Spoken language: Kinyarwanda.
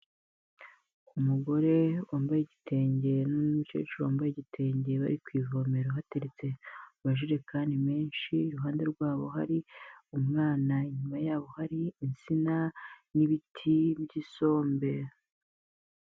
Umugore wambaye igitenge n'umucyecuru wambaye igitenge bari ku ivomero hateretse amajerekani menshi, iruhande rwabo hari umwana, inyuma yabo hari insina n'ibiti by'isombe.